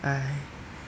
!hais!